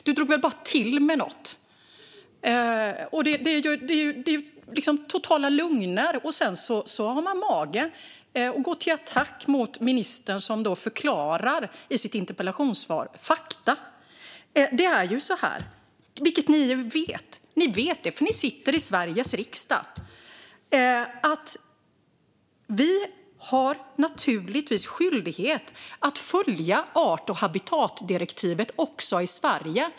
Du drog väl bara till med något. Det är totala lögner. Och sedan har man mage att gå till attack mot ministern, som i sitt interpellationssvar förklarar fakta. Det är ju så här, vilket ni vet. Ni vet, för ni sitter i Sveriges riksdag, att vi naturligtvis har skyldighet att följa art och habitatdirektivet också i Sverige.